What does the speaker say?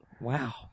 Wow